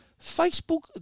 Facebook